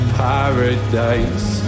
paradise